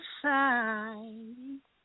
side